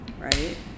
right